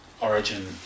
origin